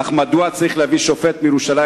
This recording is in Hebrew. אך מדוע צריך להביא שופט מירושלים